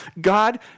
God